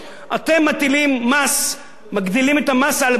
אתם מטילים מס, מגדילים את המס על בירה,